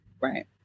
Right